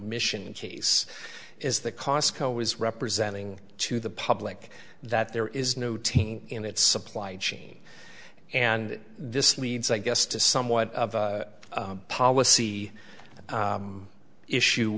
mission case is that costco was representing to the public that there is no team in its supply chain and this leads i guess to somewhat of a policy issue